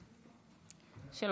בבקשה.